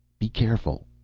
be careful,